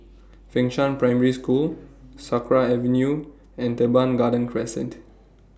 Fengshan Primary School Sakra Avenue and Teban Garden Crescent